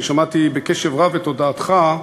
אני שמעתי בקשב רב את הודעתך,